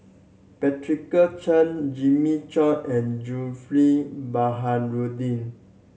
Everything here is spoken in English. Patricia Chan Jimmy Chok and Zulkifli Baharudin